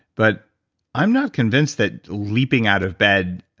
but i'm not convinced that leaping out of bed,